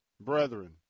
Brethren